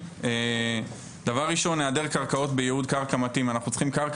אנחנו במשרד